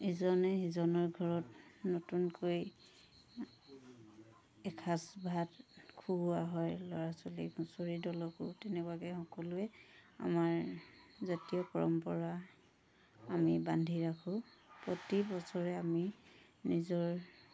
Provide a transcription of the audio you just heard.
ইজনে সিজনৰ ঘৰত নতুনকৈ এসাজ ভাত খুওৱা হয় ল'ৰা ছোৱালী হুঁচৰি দলকো তেনেকুৱাকে সকলোৱে আমাৰ জাতীয় পৰম্পৰা আমি বান্ধি ৰাখোঁ প্ৰতি বছৰে আমি নিজৰ